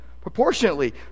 Proportionately